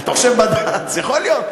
אתה חושב בד"ץ, יכול להיות.